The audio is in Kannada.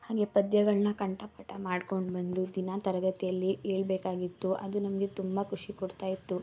ಹಾಗೆಯೇ ಪದ್ಯಗಳನ್ನ ಕಂಠಪಾಠ ಮಾಡಿಕೊಂಡು ಬಂದು ದಿನ ತರಗತಿಯಲ್ಲಿ ಹೇಳ್ಬೇಕಾಗಿತ್ತು ಅದು ನಮಗೆ ತುಂಬ ಖುಷಿ ಕೊಡ್ತಾಯಿತ್ತು